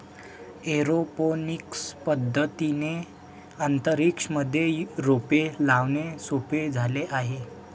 aeroponics पद्धतीने अंतरिक्ष मध्ये रोपे लावणे सोपे झाले आहे